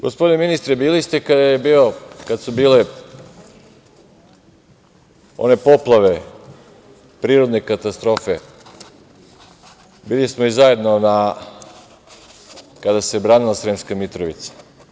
Gospodine ministre, bili ste kada su bile one poplave, prirodne katastrofe, bili smo zajedno kada se branila Sremska Mitrovica.